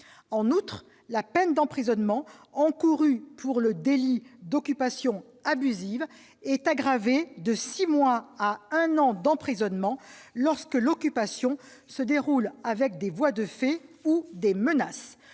En outre, la peine d'emprisonnement encourue pour le délit d'occupation abusive est aggravée et passe de six mois à un an, lorsque l'occupation est émaillée de voies de fait ou de menaces.